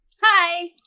Hi